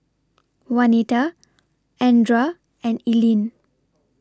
Wanita Andra and Ilene